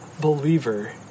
believer